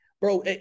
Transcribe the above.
Bro